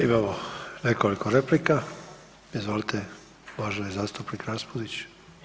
Imamo nekoliko replika, izvolite uvaženi zastupnik Raspudić.